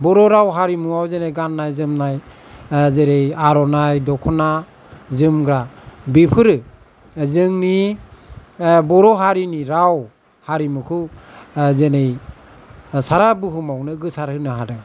बर' राव हारिमुआव जेने गान्नाय जोमनाय जेरै आर'नाइ द'खना जोमग्रा बेफोरो जोंनि बर' हारिनि राव हारिमुखौ दिनै सारा बुहुमावनो गोसारहोनो हादों